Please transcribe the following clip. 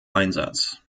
einsatz